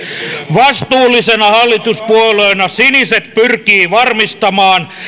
vastuullisena hallituspuolueena siniset pyrkivät varmistamaan